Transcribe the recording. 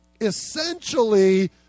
Essentially